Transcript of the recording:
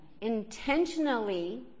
intentionally